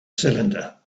cylinder